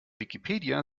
wikipedia